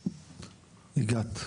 הגעת".